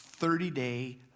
30-day